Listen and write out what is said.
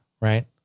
right